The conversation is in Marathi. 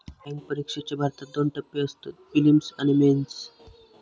बॅन्क परिक्षेचे भारतात दोन टप्पे असतत, पिलिम्स आणि मेंस